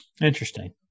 Interesting